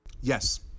Yes